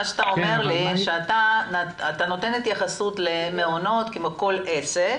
אתה נותן התייחסות למעונות ככל עסק,